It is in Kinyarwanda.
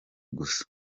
gusa